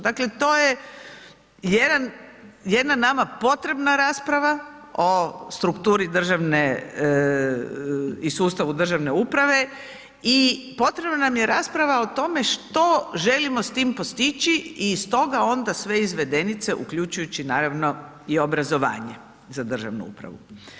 Dakle, to je jedan, jedna nama potrebna rasprava o strukturi državne i sustavu državne uprave i potrebna nam je rasprava o tome što želimo s tim postići i stoga onda sve izvedenice, uključujući naravno i obrazovanje za državnu upravu.